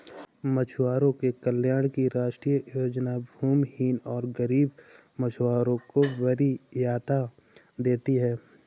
मछुआरों के कल्याण की राष्ट्रीय योजना भूमिहीन और गरीब मछुआरों को वरीयता देती है